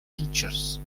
teachers